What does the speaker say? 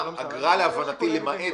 אגרה, להבנתי, למעט